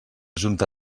junta